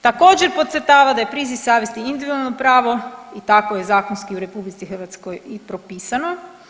Također podcrtava da je priziv savjesti individualno pravo i tako je zakonski u RH i propisano.